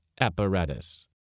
apparatus